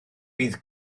bydd